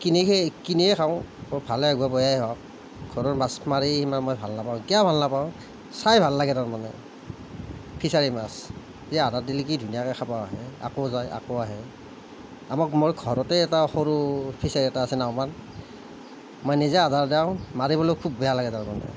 কিনি সেই কিনিয়ে খাওঁ ভাল হওক বা বেয়াই হওক ঘৰৰ মাছ মাৰি ইমান মই ভাল নাপাওঁ কিয় ভাল নাপাওঁ চাই ভাল লাগে তাৰমানে ফিছাৰিৰ মাছ এই আটা দিলে কি ধুনীয়াকে খাব আহে আকৌ যায় আকৌ আহে আমাৰ মোৰ ঘৰতে এটা সৰু ফিছাৰী এটা আছে নাওমান মই নিজে আটা দিওঁ মাৰিবলে খুব বেয়া লাগে তাৰমানে